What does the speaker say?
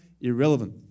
irrelevant